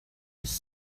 his